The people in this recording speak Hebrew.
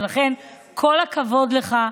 ולכן, כל הכבוד לך.